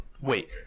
Wait